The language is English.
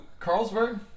Carlsberg